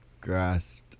grasped